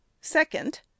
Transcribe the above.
Second